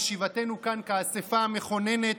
בישיבתנו כאן כאספה המכוננת,